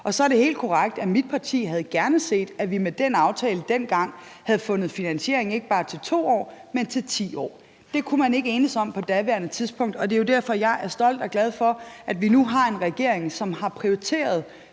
Så er det helt korrekt, at mit parti gerne havde set, at vi med den aftale dengang havde fundet finansiering ikke bare til 2 år, men til 10 år. Det kunne man ikke enes om på daværende tidspunkt, og det er jo derfor, at jeg er stolt og glad for, at vi nu har en regering, der, som led